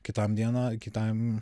kitam dieną kitam